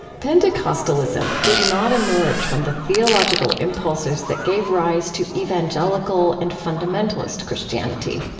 pentecostalism did not emerge from the theological impulses that gave rise to evangelical and fundamentalist christianity.